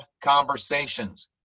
conversations